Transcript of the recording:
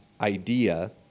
idea